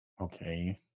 Okay